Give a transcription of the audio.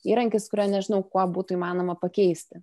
įrankis kurio nežinau kuo būtų įmanoma pakeisti